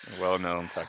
Well-known